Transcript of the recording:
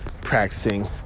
practicing